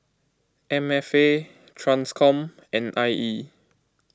M F A Transcom and I E